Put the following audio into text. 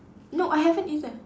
no I haven't either